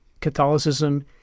Catholicism